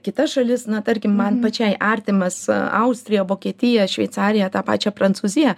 kitas šalis na tarkim man pačiai artimas austriją vokietiją šveicariją tą pačią prancūziją